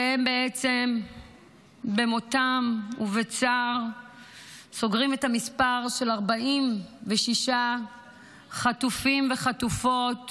שהם במותם ובצער סוגרים את המספר של 46 חטופים וחטופות